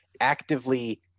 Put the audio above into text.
actively